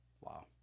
Wow